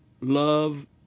love